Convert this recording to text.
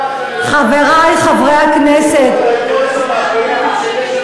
חברי חברי הכנסת, יש עתיד.